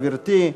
גברתי,